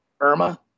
Irma